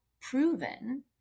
proven